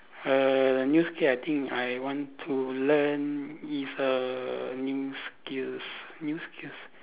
err new skills I think I want to learn is a new skills new skills